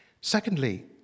Secondly